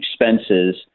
expenses